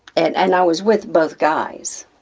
and and i was with both guys,